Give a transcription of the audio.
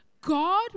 God